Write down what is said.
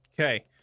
Okay